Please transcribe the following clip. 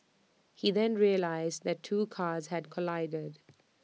he then realised that two cars had collided